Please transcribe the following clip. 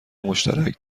مشترک